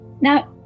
Now